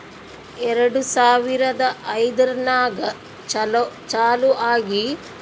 ಎರಡು ಸಾವಿರದ ಐಯ್ದರ್ನಾಗ್ ಚಾಲು ಆಗಿ ಎರೆಡ್ ಸಾವಿರದ ಹದನಾಲ್ಕ್ ನಾಗ್ ಬಂದ್ ಮಾಡ್ಯಾರ್